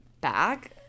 back